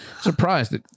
surprised